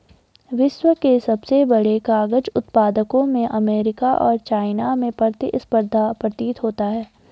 विश्व के सबसे बड़े कागज उत्पादकों में अमेरिका और चाइना में प्रतिस्पर्धा प्रतीत होता है